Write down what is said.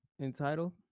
Entitled